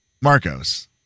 Marcos